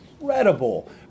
incredible